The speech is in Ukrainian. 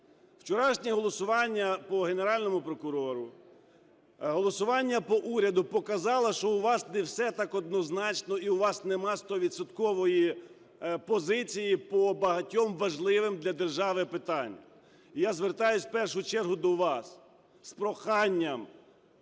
Вчорашнє голосування по Генеральному прокурору, голосування по уряду показало, що у вас не все так однозначно і у вас немає стовідсоткової позиції по багатьом важливим для держави питанням. Я звертаюсь в першу чергу до вас з проханням: